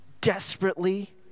desperately